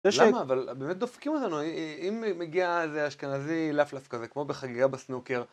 למה? אבל באמת דופקים אותנו. אם מגיע איזה אשכנזי לפלף כזה, כמו בחגיה בסנוקר.